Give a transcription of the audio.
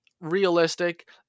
realistic